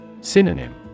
Synonym